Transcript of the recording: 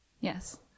Yes